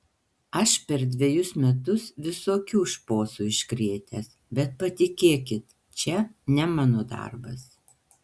aš per dvejus metus visokių šposų iškrėtęs bet patikėkit čia ne mano darbas